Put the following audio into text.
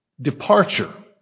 departure